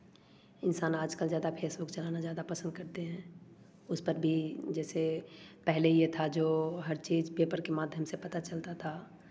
इंसान आज कल ज़्यादा फेसबुक चलाना ज्यादा पसंद करते हैं उस पर भी जैसे पहले यह था जो हर चीज़ पेपर के माध्यम से पता चलता था